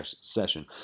session